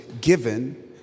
given